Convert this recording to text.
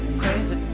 crazy